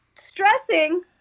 stressing